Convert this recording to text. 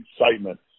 excitement